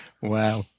Wow